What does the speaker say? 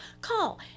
Call